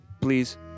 Please